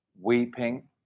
weeping